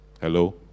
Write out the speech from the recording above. Hello